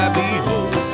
behold